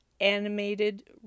animated